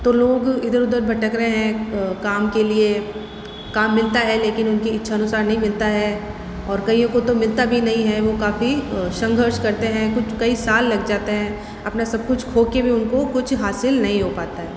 तो लोग इधर उधर भटक रहे हैं काम के लिए काम मिलता है लेकिन उनकी इच्छानुसार नहीं मिलता है और कइयों को तो मिलता भी नहीं है वो काफ़ी संघर्ष करते हैं कुछ कई साल लग जाते हैं अपना सब कुछ खो के भी उनको कुछ हासिल नहीं हो पाता है